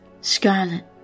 Scarlet